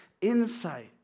insight